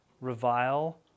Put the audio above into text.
revile